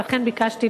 ולכן ביקשתי,